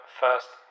first